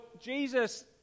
Jesus